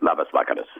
labas vakaras